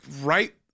right